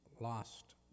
lost